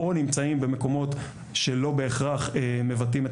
או נמצאים במקומות שלא בהכרח מבטאים את